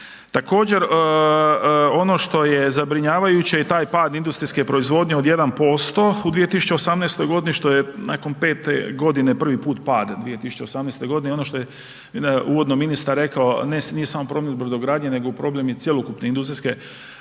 Također, ono što je zabrinjavajuće je taj pad industrijske proizvodnje od 1% u 2018. godini što je nakon 5 godine prvi put pad u 2018. godini i ono što je uvodno ministar rekao nije samo problem u brodogradnji nego je problem cjelokupne industrijske proizvodnje.